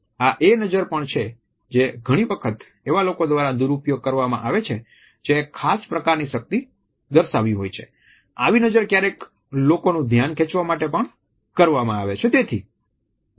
આ એ નજર પણ છે જે ઘણી વખત એવા લોકો દ્વારા દૂરઉપયોગ કરવામાં આવે છે જે એક ખાસ પ્રકારની શક્તિ દર્શાવવી હોય છે આવી નજર ક્યારેક લોકોનું ધ્યાન ખેંચવા માટે પણ કરવામાં આવે છે